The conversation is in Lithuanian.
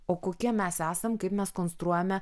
o kokie mes esam kaip mes konstruojame